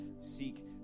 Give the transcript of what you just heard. seek